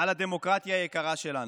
על הדמוקרטיה היקרה שלנו,